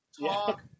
talk